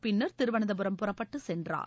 பின்னர் திருவனந்தபுரம் புறப்பட்டுச் சென்றார்